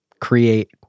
create